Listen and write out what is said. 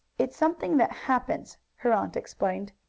it's something that happens, her aunt explained.